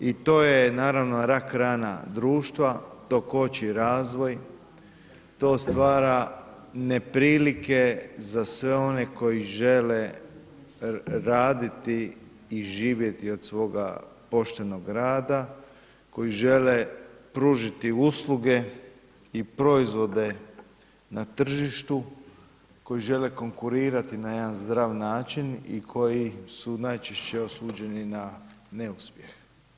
I to je, naravno, rak-rana društva, to koči razvoj, to stvara neprilike za sve one koji žele raditi i živjeti od svoga poštenog rada, koji žele pružiti usluge i proizvode na tržištu, koji žele konkurirati na jedan zdrav način i koji su najčešće osuđeni na neuspjeh.